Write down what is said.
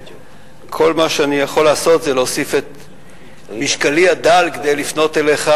וכל מה שאני יכול לעשות זה להוסיף את משקלי הדל כדי לפנות אליך,